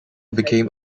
became